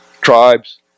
Tribes